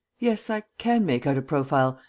yes, i can make out a profile.